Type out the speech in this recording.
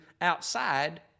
outside